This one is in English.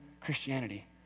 Christianity